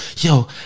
Yo